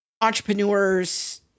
entrepreneurs